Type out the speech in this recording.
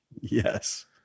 Yes